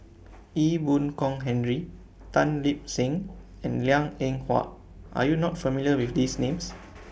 Ee Boon Kong Henry Tan Lip Seng and Liang Eng Hwa Are YOU not familiar with These Names